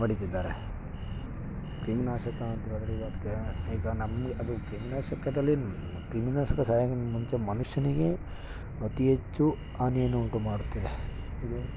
ಹೊಡೀತಿದ್ದಾರೆ ಕ್ರಿಮಿ ನಾಶಕ ಅಂಥೇಳಿದರೆ ಈಗ ಅದಕ್ಕೆ ಈಗ ನಮ್ಗೆ ಅದಕ್ಕೆ ಕ್ರಿಮಿನಾಶಕದಲ್ಲಿ ಕ್ರಿಮಿನಾಶಕ ಮುಂಚೆ ಮನುಷ್ಯನಿಗೆ ಅತಿ ಹೆಚ್ಚು ಹಾನಿಯನ್ನು ಉಂಟುಮಾಡುತ್ತದೆ ಇದು